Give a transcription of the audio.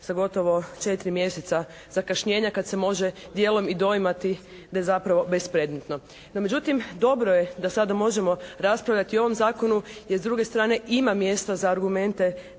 sa gotovo 4 mjeseca zakašnjenja kad se može dijelom i doimati da je zapravo bezpredmetno. No međutim dobro je da sada možemo raspravljati o ovom Zakonu jer s druge strane ima mjesta za argumente